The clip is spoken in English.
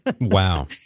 Wow